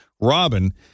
Robin